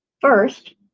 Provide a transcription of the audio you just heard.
First